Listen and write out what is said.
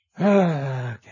Okay